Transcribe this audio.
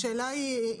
השאלה היא,